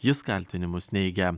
jis kaltinimus neigia